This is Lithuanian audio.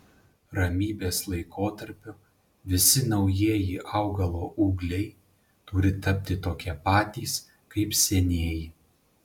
ramybės laikotarpiu visi naujieji augalo ūgliai turi tapti tokie patys kaip senieji